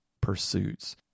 pursuits